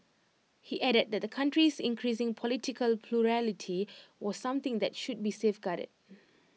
he added that the country's increasing political plurality was something that should be safeguarded